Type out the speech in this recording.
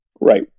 Right